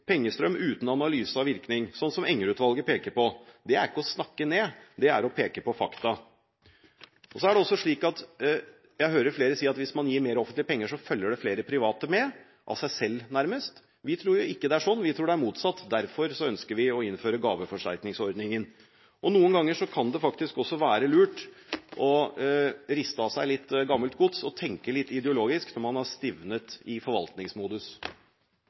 pengestrøm – pengestrøm uten styring, pengestrøm uten analyse av virkning, sånn som Enger-utvalget peker på. Det er ikke å snakke ned, det er å peke på fakta. Så hører jeg flere si at hvis man gir mer offentlige penger, følger det flere private med, av seg selv nærmest. Vi tror ikke det er sånn, vi tror det er motsatt. Derfor ønsker vi å innføre gaveforsterkningsordningen. Og noen ganger kan det faktisk også være lurt å riste av seg litt gammelt gods og tenke litt ideologisk, når man har stivnet i forvaltningsmodus.